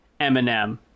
Eminem